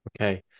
Okay